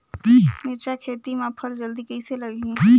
मिरचा खेती मां फल जल्दी कइसे लगही?